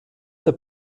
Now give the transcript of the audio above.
der